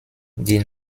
die